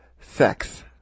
Sex